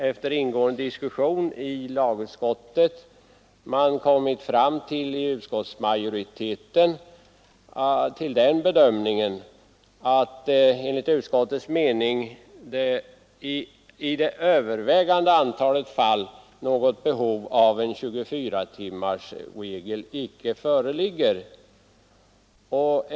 Efter ingående diskussion har utskottsmajoriteten gjort bedömningen att i det övervägande antalet fall något behov av en 24-timmarsregel icke föreligger.